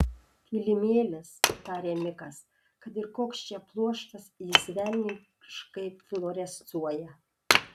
kilimėlis tarė mikas kad ir koks čia pluoštas jis velniškai fluorescuoja